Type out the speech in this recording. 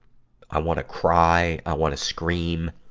i wanna cry, i wanna scream.